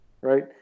right